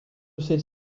celle